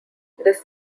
this